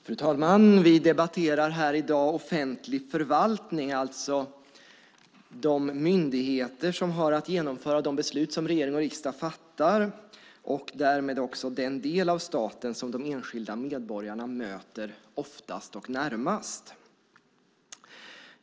Fru talman! I dag debatterar vi offentlig förvaltning, alltså de myndigheter som har att genomföra de beslut som regering och riksdag fattar och därmed också den del av staten som de enskilda medborgarna oftast och närmast möter.